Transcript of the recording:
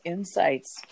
Insights